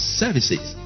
services